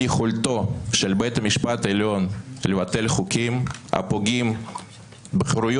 יכולתו של בית המשפט העליון לבטל חוקים הפוגעים בחירויות